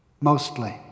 mostly